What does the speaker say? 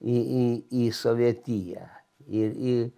į į į sovietiją ir į